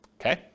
okay